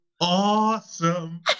awesome